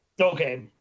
Okay